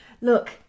look